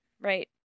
right